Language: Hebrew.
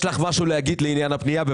יש לך משהו להגיד על הפנייה הזאת?